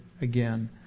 again